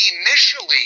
initially